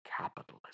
capitalism